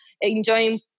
enjoying